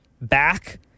back